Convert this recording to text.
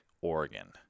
Oregon